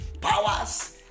powers